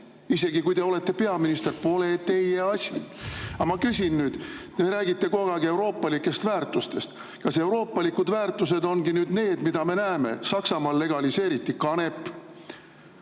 Isegi kui te olete peaminister, pole teie asi! Aga nüüd ma küsin. Te räägite kogu aeg euroopalikest väärtustest. Kas euroopalikud väärtused ongi nüüd need, mida me näeme? Saksamaal legaliseeriti kanep.